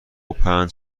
پنج